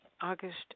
August